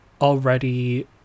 already